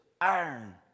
iron